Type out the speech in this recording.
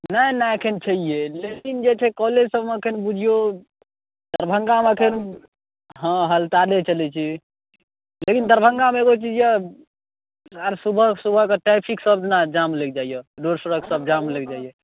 नहि नहि अखन छैहे लेकिन जे छै कौलेज सबमे अखन बुझिऔ दरभङ्गा मे अखन हँ हड़ताले चलै छै लेकिन दरभङ्गा मे एगो चीज यऽ सुबह सुबह कऽ टैफिक सब ने जाम लागि जाइ यऽ रोड सड़क सब जाम लागि जाइया